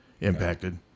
impacted